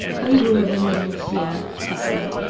i will remain here, he said.